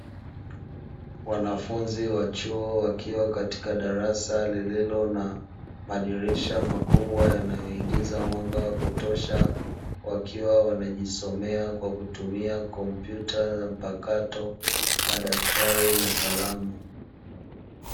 Wanafunzi wa chuo wakiwa katika darasa lililo na madirisha makubwa yanayoingiza mwanga wa kutosha, wakiwa wanajisomea kwa kutumia kompyuta za mpakato, madaftari na kalamu.